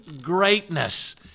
greatness